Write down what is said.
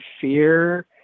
fear